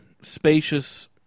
spacious